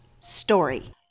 story